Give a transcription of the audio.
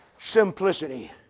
Simplicity